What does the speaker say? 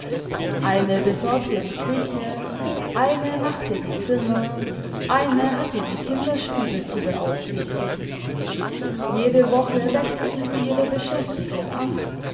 eine besorgte die küche eine machte die zimmer eine btte di kinderstube zu beaufsichtigen jede woche wechselten sie ihre beschäftigung ab